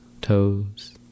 toes